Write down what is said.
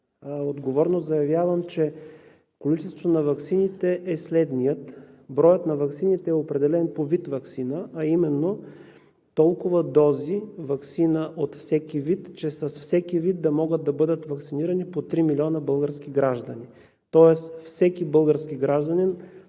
Отговорно заявявам, че количеството на ваксините е следното: броят на ваксините е определен по вид ваксина, а именно толкова дози ваксина от всеки вид, че с всеки вид да могат да бъдат ваксинирани по три милиона български граждани. Тоест, всеки български гражданин